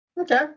Okay